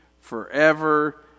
forever